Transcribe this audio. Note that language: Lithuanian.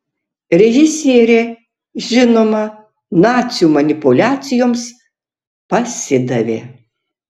režisierė žinoma nacių manipuliacijoms pasidavė